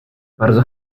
bardzo